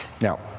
Now